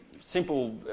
simple